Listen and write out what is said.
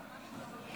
חקיקה),